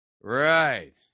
right